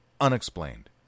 unexplained